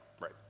right